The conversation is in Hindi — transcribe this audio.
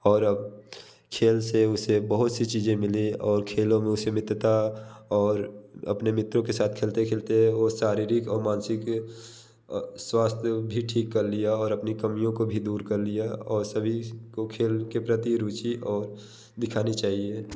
और अब खेल से उसे बहुत सी चीजें मिली और खेलों में उसे मित्रता और अपने मित्रों के साथ खेलते खेलते वो शारीरिक और मानसिक स्वास्थ्य भी ठीक कर लिया और अपनी कमियों को भी दूर कर लिया और सभी को खेल के प्रति रुचि और दिखानी चाहिए